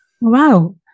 Wow